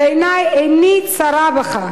ועיני לא צרה בך,